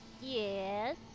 yes